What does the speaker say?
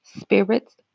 spirits